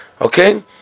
Okay